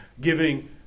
giving